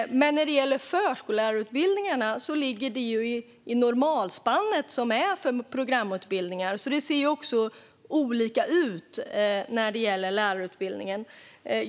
Men när det gäller förskollärarutbildningarna ligger de inom normalspannet för programutbildningar. Det ser alltså olika ut när det gäller lärarutbildningen.